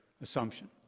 assumption